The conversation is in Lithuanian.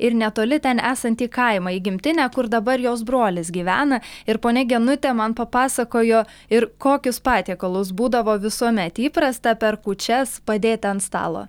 ir netoli ten esantį kaimą į gimtinę kur dabar jos brolis gyvena ir ponia genutė man papasakojo ir kokius patiekalus būdavo visuomet įprasta per kūčias padėti ant stalo